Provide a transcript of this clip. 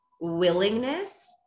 willingness